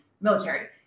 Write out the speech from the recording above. military